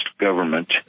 government